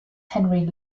henry